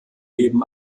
leben